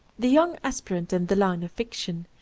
the young aspirant in the line of fiction,